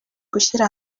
gushyira